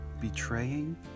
betraying